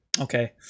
Okay